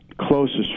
closest